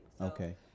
Okay